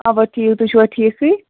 اَوا ٹھیٖک تُہۍ چھُوا ٹھیٖکھٕے